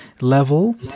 level